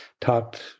talked